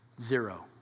zero